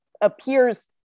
appears